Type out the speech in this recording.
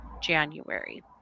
January